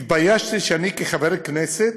התביישתי שאני כחבר הכנסת